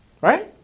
right